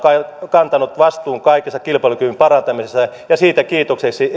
kantanut vastuun kaikesta kilpailukyvyn parantamisesta ja siitä kiitokseksi